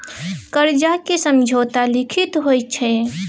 करजाक समझौता लिखित होइ छै